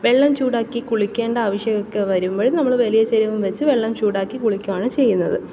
വെള്ളം ചൂടാക്കി കുളിക്കേണ്ട ആവിശ്യമൊക്കെ വരുമ്പോള് നമ്മള് വലിയ ചരുവം വെച്ച് വെള്ളം ചൂടാക്കി കുളിക്കുകയാണ് ചെയ്യുന്നത്